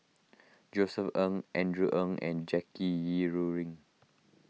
Josef Ng Andrew Ang and Jackie Yi Ru Ying